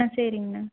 ஆ சரிங்கண்ணா